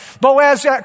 Boaz